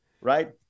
Right